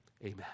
Amen